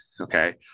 okay